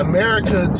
America